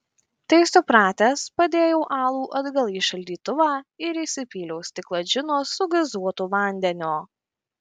tai supratęs padėjau alų atgal į šaldytuvą ir įsipyliau stiklą džino su gazuotu vandeniu